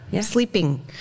sleeping